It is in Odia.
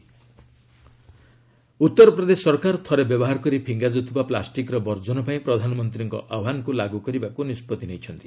ୟୁପି ପ୍ଲାଷ୍ଟିକ୍ ଉତ୍ତରପ୍ରଦେଶ ସରକାର ଥରେ ବ୍ୟବହାର କରି ଫିଙ୍ଗାଯାଉଥିବା ପ୍ଲାଷ୍ଟିକ୍ର ବର୍ଜନ ପାଇଁ ପ୍ରଧାନମନ୍ତ୍ରୀଙ୍କ ଆହ୍ୱାନକୁ ଲାଗୁ କରିବାକୁ ନିଷ୍ପଭି ନେଇଛନ୍ତି